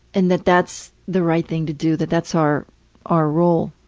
and that that's the right thing to do, that that's our our role.